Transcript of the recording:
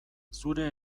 zure